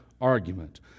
argument